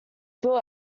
built